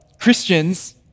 Christians